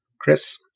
Chris